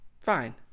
Fine